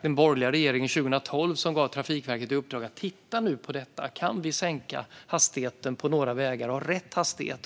den borgerliga regeringen 2012 gav Trafikverket i uppdrag att titta på detta. Kan vi sänka hastigheten på några vägar och ha rätt hastighet?